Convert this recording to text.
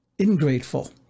ingrateful